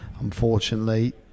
unfortunately